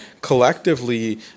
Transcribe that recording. collectively